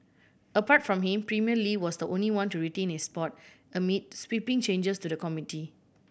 apart from him Premier Li was the only one to retain his spot amid sweeping changes to the committee